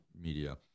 media